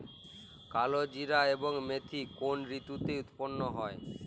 কালোজিরা এবং মেথি কোন ঋতুতে উৎপন্ন হয়?